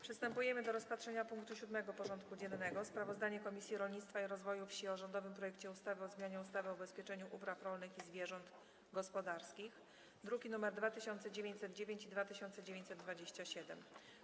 Przystępujemy do rozpatrzenia punktu 7. porządku dziennego: Sprawozdanie Komisji Rolnictwa i Rozwoju Wsi o rządowym projekcie ustawy o zmianie ustawy o ubezpieczeniach upraw rolnych i zwierząt gospodarskich (druki nr 2909 i 2927)